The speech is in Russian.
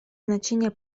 значение